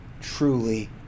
truly